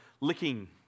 licking